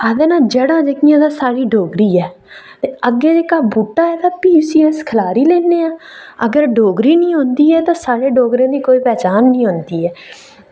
आखदे ना जढ़ां जेह्कियां तां साढ़ी डोगरी ऐ ते अग्गै जेहका बूहटा ऐ फ्ही उसी अस खलारी लैने हां अगर डोगरी गै नेईं औंदी ऐ साढ़े डोगरें दी कोई पहचान नेईं होंदी ऐ